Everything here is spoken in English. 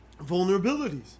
vulnerabilities